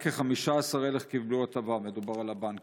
רק כ-15,000 קיבלו את ההטבה, מדובר על הבנקים,